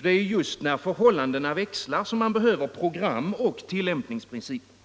Det är ju just när förhållandena växlar som man behöver program och tillämpningsprinciper.